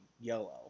yellow